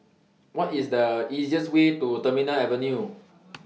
What IS The easiest Way to Terminal Avenue